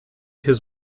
his